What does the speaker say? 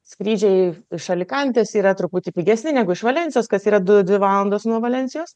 skrydžiai iš alikantės yra truputį pigesni negu iš valensijos kas yra du dvi valandos nuo valensijos